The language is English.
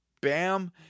Bam